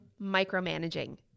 micromanaging